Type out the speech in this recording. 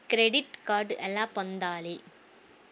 Credit card ఎలా పొందాలి?